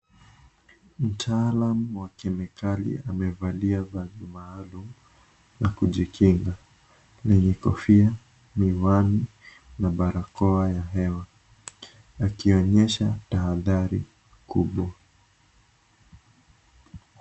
Mtaalamu wa kemikali amevalia vazi maalum la kujikinga. Lenye kofia, miwani na barakoa ya hewa. Akionyesha tahadhari kubwa.